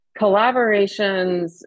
collaborations